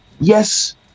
yes